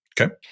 Okay